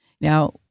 Now